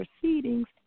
proceedings